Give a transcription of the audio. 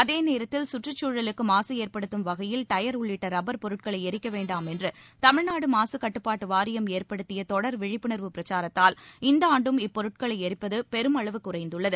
அதேநேரத்தில் கற்றுச்சூழலுக்கு மாசு ஏற்படுத்தும் வகையில் டயர் உள்ளிட்ட ரப்பர் பொருட்களை ளிக்க வேண்டாம் என்று தமிழ்நாடு மாக கட்டுப்பாட்டு வாரியம் ஏற்படுத்திய தொடர் விழிப்புணர்வு பிரசாரத்தால் இந்த ஆண்டும் இப்பொருட்களை ளரிப்பது பெருமளவு குறைந்துள்ளது